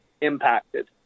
impacted